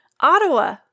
Ottawa